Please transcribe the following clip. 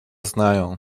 znają